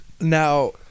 Now